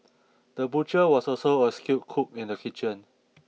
the butcher was also a skilled cook in the kitchen